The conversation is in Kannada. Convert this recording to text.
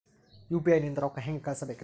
ಯು.ಪಿ.ಐ ನಿಂದ ರೊಕ್ಕ ಹೆಂಗ ಕಳಸಬೇಕ್ರಿ?